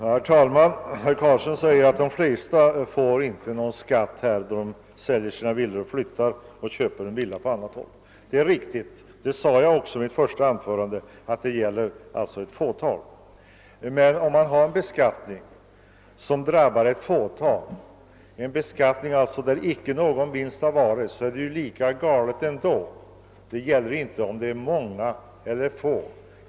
Herr talman! Herr Carlstein sade att de flesta villaägare inte drabbas av någon skatt då de säljer sina villor därför att de flyttar och sedan köper villa på annat håll. Det är riktigt — jag framhöll det också i mitt första anförande — att detta inte gäller alla. Men en beskattning av en vinst som icke förekommit är ju lika galen även om den bara drabbar ett fåtal.